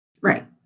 Right